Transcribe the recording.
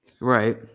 Right